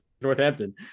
Northampton